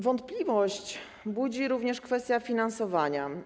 Wątpliwość budzi również kwestia finansowania.